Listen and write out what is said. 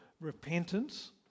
repentance